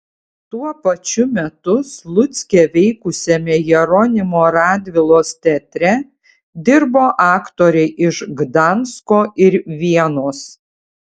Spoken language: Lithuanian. tuo pačiu metu slucke veikusiame jeronimo radvilos teatre dirbo aktoriai iš gdansko ir vienos